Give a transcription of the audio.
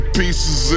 pieces